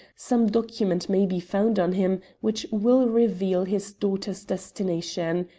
some document may be found on him which will reveal his daughter's destination.